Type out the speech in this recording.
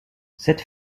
cette